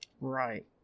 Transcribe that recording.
Right